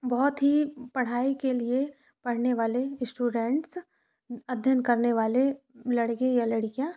बहुत ही पढ़ाई के लिए पढ़ने वाले इस्टूडेंट्स अध्ययन करने वाले लड़के या लड़कियाँ